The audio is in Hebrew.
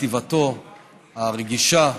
בכתיבתו הרגישה,